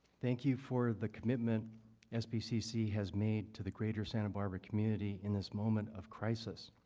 thank you for the commitment sbcc has made to the greater santa barbara community in this moment of crisis.